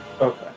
Okay